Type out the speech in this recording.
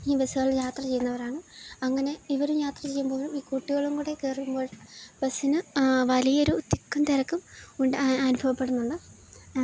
ഈ ബസ്സുകൾ യാത്ര ചെയ്യുന്നവരാണ് അങ്ങനെ ഇവരും യാത്ര ചെയ്യുമ്പോഴും ഈ കുട്ടികളും കൂടി കയറുമ്പോൾ ബസ്സിന് വലിയ ഒരു തിക്കും തിരക്കും ഉണ്ട് അനുഭവപ്പെടുന്നുണ്ട്